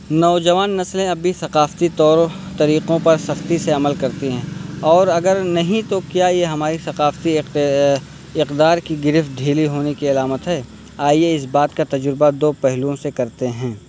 نوجوان نسلیں ابھی ثقافتی طور و طریقوں پر سختی سے عمل کرتی ہیں اور اگر نہیں تو کیا یہ ہماری ثقافتی اقدار کی گرفت ڈھیلی ہونے کی علامت ہے آئیے اس بات کا تجربہ دو پہلوؤں سے کرتے ہیں